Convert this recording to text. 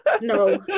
No